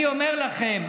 ואני אומר לכם,